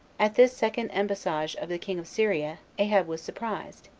at this second embassage of the king of syria, ahab was surprised,